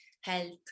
health